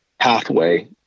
pathway